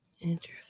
Interesting